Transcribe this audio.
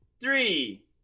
three